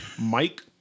Mike